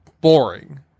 boring